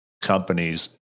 companies